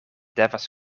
devas